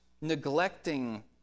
neglecting